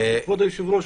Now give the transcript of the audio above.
כבוד היושב-ראש,